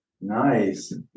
Nice